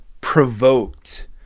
provoked